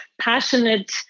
passionate